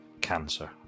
cancer